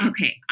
Okay